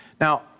Now